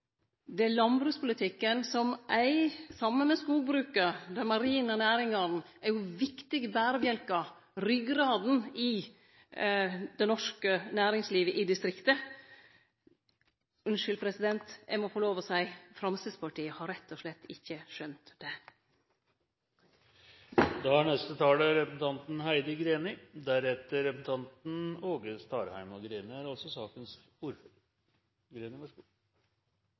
Landbrukspolitikken er, saman med skogbruket og dei marine næringane, viktige berebjelkar – ryggrada – i det norske næringslivet i distrikta. Unnskyld, eg må få lov til å seie at Framstegspartiet rett og slett ikkje har skjønt